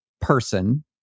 person